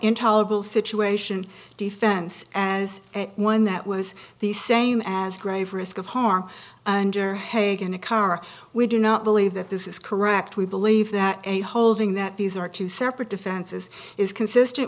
intolerable situation defense as one that was the same as grave risk of harm and or headache in a car we do not believe that this is correct we believe that a holding that these are two separate defenses is consistent